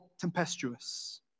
tempestuous